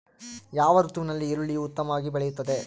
ಯಾವ ಋತುವಿನಲ್ಲಿ ಈರುಳ್ಳಿಯು ಉತ್ತಮವಾಗಿ ಬೆಳೆಯುತ್ತದೆ?